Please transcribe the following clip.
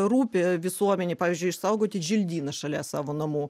rūpi visuomenei pavyzdžiui išsaugoti želdyną šalia savo namų